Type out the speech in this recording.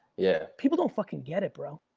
yeah. people don't fucking get it, bro.